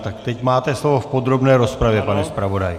Tak teď máte slovo v podrobné rozpravě, pane zpravodaji.